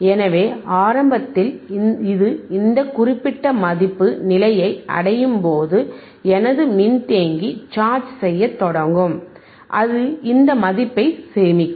எனவே ஆரம்பத்தில் இது இந்த குறிப்பிட்ட மதிப்பு நிலையை அடையும் போது எனது மின்தேக்கி சார்ஜ் செய்யத் தொடங்கும் அது இந்த மதிப்பை சேமிக்கும்